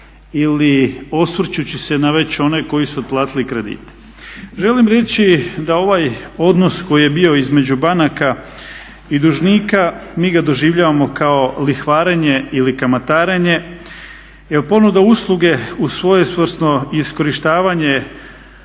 ili osvrćući se na već one koji su otplatili kredite. Želim reći da ovaj odnos koji je bio između banaka i dužnika mi ga doživljavamo kao lihvarenje ili kamatarenje jel ponuda usluge u svojevrsno iskorištavanje